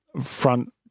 front